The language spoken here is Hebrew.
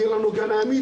כי אין לנו הגנה ימית,